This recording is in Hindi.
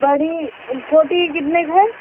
बड़ी छोटी कितने की है